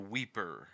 Weeper